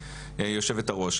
יושבת הראש,